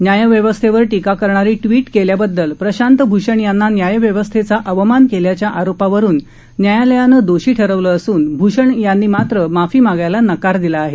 न्यायव्यवस्थेवर टीका करणारी टविट केल्याबददल प्रशांत भूषण यांना न्यायव्यवस्थेचा अवमान केल्याच्या आरोपावरून न्यायालयानं दोषी ठरवलं असून भूषण यांनी मात्र माफी मागायला नकार दिला आहे